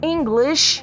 English